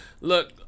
Look